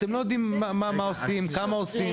אתם לא יודעים מה עושים וכמה עושים.